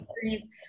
experience